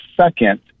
second